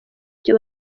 icyo